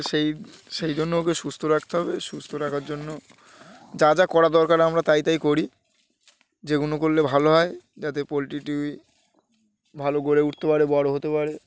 সেই সেই জন্য ওকে সুস্থ রাখতে হবে সুস্থ রাখার জন্য যা যা করা দরকার আমরা তাই তাই করি যেগুলো করলে ভালো হয় যাতে পোলট্রিটি ভালো গড়ে উঠতে পারে বড় হতে পারে